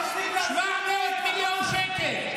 700 מיליון שקל.